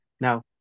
Now